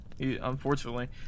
Unfortunately